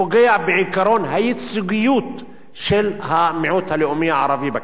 פוגע בעקרון הייצוגיות של המיעוט הלאומי הערבי בכנסת.